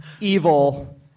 evil